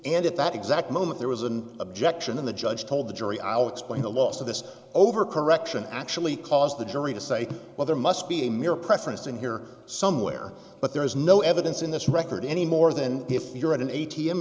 at that exact moment there was an objection and the judge told the jury i'll explain the loss of this over correction actually cause the jury to say well there must be a mere preference in here somewhere but there is no evidence in this record any more than if you're at an a